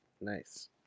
Nice